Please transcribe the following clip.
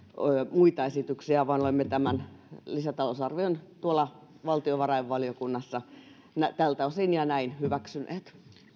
muita esityksiä vaan olemme tämän lisätalousarvion tuolla valtiovarainvaliokunnassa tältä osin ja näin hyväksyneet